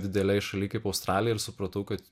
didelėj šaly kaip australija ir supratau kad